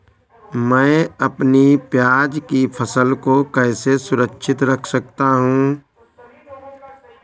मैं अपनी प्याज की फसल को कैसे सुरक्षित रख सकता हूँ?